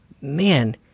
man